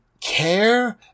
Care